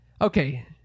Okay